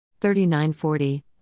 39-40